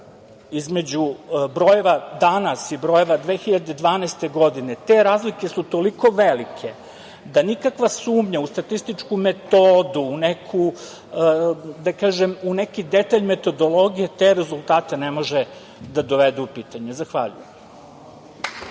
između brojeva danas i brojeva 2012. godine, te razlike su toliko velike da nikakva sumnja u statističku metodu, u neki, da kažem, detalj metodologije, te rezultate ne može da dovede u pitanje. Zahvaljujem.